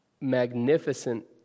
magnificent